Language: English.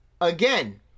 again